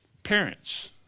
Parents